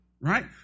right